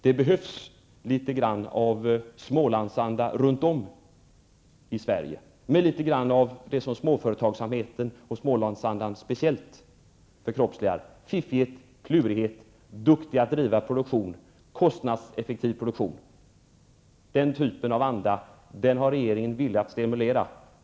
Det behövs litet grand av Smålandsanda runt om i Sverige, med litet grand av det som småföretagsamheten och Smålandsandan speciellt förkroppsligar, nämligen fiffighet, klurighet och förmåga att driva kostnadseffektiv produktion. Den andan har regeringen velat stimulera.